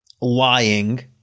lying